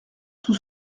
tous